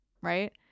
right